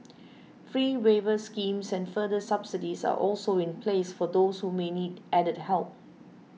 fee waiver schemes and further subsidies are also in place for those who may need added help